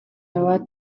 аваад